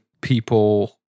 people